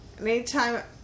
Anytime